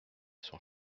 sont